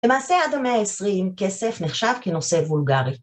למעשה עד המאה העשרים כסף נחשב כנושא וולגרי.